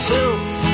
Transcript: Filth